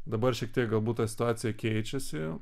dabar šiek tiek galbūt ta situacija keičiasi